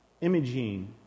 Imaging